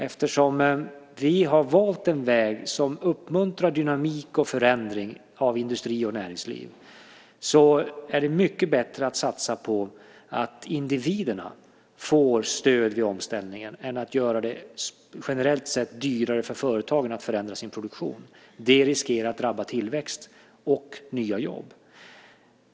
Eftersom vi har valt en väg som uppmuntrar dynamik och förändring av industri och näringsliv är det mycket bättre att satsa på att individerna får stöd i omställningen än att göra det generellt sett dyrare för företagen att förändra sin produktion. Det riskerar att drabba tillväxt och nya jobb.